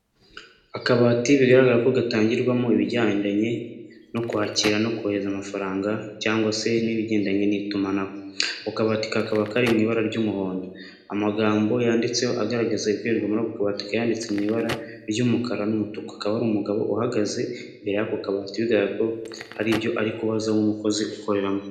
Akabati bigaragara ko gatangirwamo ibigendanye no kwakira no kohereza amafaranga cyangwa se n'ibigendanye n'itumanaho, ako kabati kakaba kari mu ibara ry'umuhondo, amagambo yanditseho agaragaza ibikorerwa muri ako kabati akaba yanditse mu ibara ry'umukara n'umutuku, hakaba ari umugabo uhagaze imbere y'ako kabati bigaragara ko hari ibyo ari kubaza nk'umukozi ukoreramo.